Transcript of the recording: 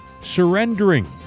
surrendering